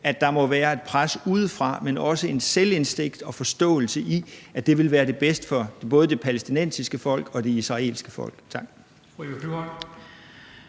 på. Der må være et pres udefra, men også en selvindsigt i og forståelse af, at det ville være det bedste for både det palæstinensiske folk og det israelske folk. Tak.